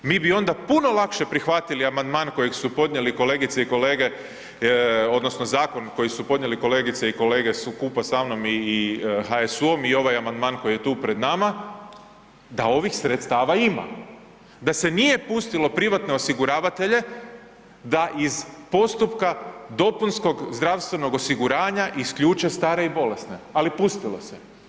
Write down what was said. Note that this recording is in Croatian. Mi bi onda puno lakše prihvatili amandman kojeg su podnijeli kolegice i kolege odnosno zakon koji su podnijeli kolegice i kolege skupa sa mnom i HSU-om i ovaj amandman koji je tu pred nama, da ovih sredstava ima, da se nije pustilo privatne osiguravatelje da iz postupka dopunskog zdravstvenog osiguranja isključe stare i bolesne, ali pustilo se.